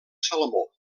salmó